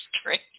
straight